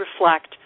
reflect